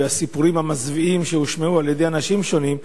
והסיפורים המזוויעים שהושמעו על-ידי אנשים שונים,